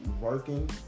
working